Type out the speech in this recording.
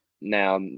Now